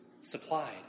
supplied